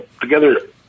together